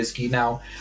now